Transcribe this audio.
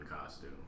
costume